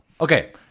okay